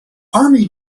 army